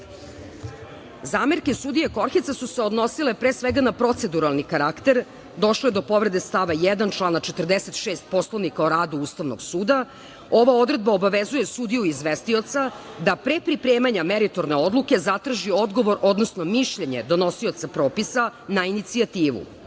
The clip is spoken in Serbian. sudije Koherca su se odnosile pre svega na proceduralni karakter, došlo je do povrede stava 1. člana 46. Poslovnika o radu Ustavnog suda. Ova odredba obavezuje sudiju izvestioca da pre pripremanja meritorne odluke zatraži odgovor, odnosno mišljenje donosioca propisa na inicijativu.